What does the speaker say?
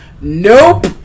Nope